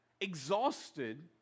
exhausted